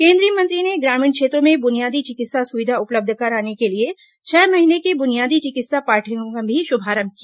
केंद्रीय मंत्री ने ग्रामीण क्षेत्रों में बुनियादी चिकित्सा सुविधा उपलब्ध कराने के लिए छह महीने के बुनियादी चिकित्सा पाठयक्रम का भी शुभारंभ किया